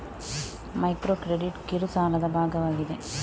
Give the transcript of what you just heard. micro credit ಕಿರು ಸಾಲದ ಭಾಗವಾಗಿದೆ